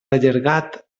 allargat